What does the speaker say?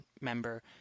member